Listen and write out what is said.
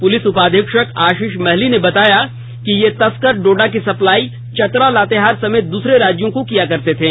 police उपाधीक्षक आशीष महली ने बताया कि ये तस्कर डोडा की सप्लाई चतरा लातेहार समेत दूसरे राज्यों को करते थे